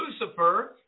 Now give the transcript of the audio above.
Lucifer